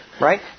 Right